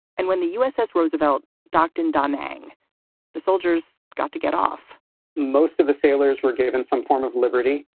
and when the uss roosevelt docked in danang, the soldiers got to get off most of the sailors were given some form of liberty.